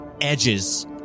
edges